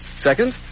Second